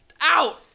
Out